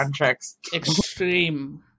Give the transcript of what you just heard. extreme